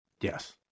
Yes